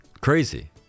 Crazy